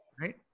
Right